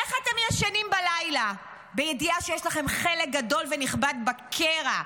איך אתם ישנים בלילה בידיעה שיש לכם חלק גדול ונכבד בקרע,